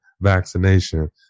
vaccination